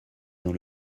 dans